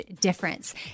difference